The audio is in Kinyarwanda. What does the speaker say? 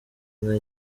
nka